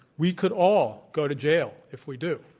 we could all go to jail if we do.